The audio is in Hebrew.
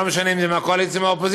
לא משנה אם זה מהקואליציה או מהאופוזיציה,